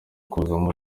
kuzamo